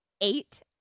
eight